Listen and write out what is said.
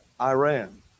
Iran